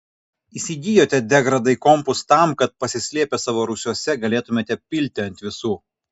įsigijote degradai kompus tam kad pasislėpę savo rūsiuose galėtumėte pilti ant visų